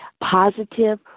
positive